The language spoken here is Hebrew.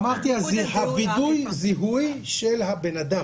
אמרתי, זה וידוא הזיהוי של הבן-אדם,